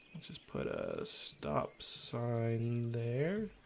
just put a stop sign there